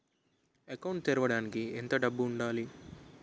Account తెరవడానికి ఎంత డబ్బు ఉండాలి?